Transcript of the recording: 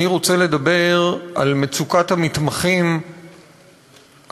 אני רוצה לדבר על מצוקת המתמחים הרופאים